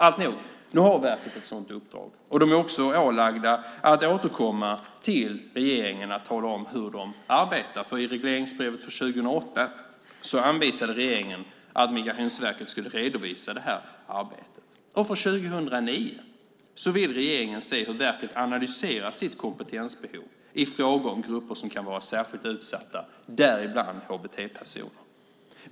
Alltnog, nu har verket ett sådant uppdrag, och man är också ålagt att återkomma till regeringen för att tala om hur man arbetar. I regleringsbrevet för 2008 anvisade regeringen att Migrationsverket skulle redovisa detta arbete. För 2009 vill regeringen se hur verket analyserar sitt kompetensbehov i frågor om grupper som kan vara särskilt utsatta, däribland hbt-personer.